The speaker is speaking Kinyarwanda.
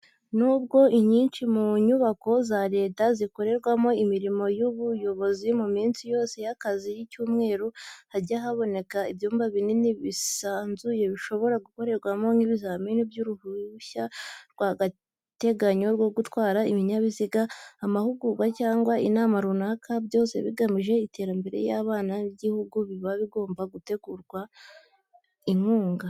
Nubwo inyinshi mu nyubako za leta zikorerwamo imirimo y'ubuyobozi mu minsi yose y'akazi y'icyumweru, hajya haboneka ibyumba binini byisanzuye bishobora gukorerwamo nk'ibizamini by'uruhushya rw'agateganyo rwo gutwara ibinyabiziga, amahugurwa cyangwa inama runaka, byose bigamije iterambere ry'abana b'igihugu, biba bigomba guterwa inkunga.